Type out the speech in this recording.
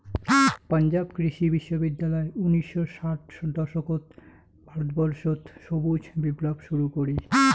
পাঞ্জাব কৃষি বিশ্ববিদ্যালয় উনিশশো ষাট দশকত ভারতবর্ষত সবুজ বিপ্লব শুরু করি